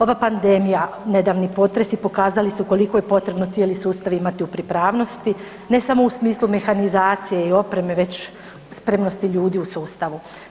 Ova pandemija, nedavni potresi, pokazali su koliko je potrebno cijeli sustav imati u pripravnosti ne samo u smislu mehanizacije i opreme, već spremnosti ljudi u sustavu.